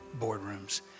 boardrooms